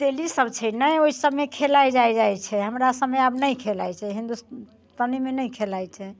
तेली सभ छै नहि ओहि सभमे खेलाए जाए जाए छै हमरा सभमे आब नहि खेलाइत छै हिन्दुस्तानीमे नहि खेलाइत छै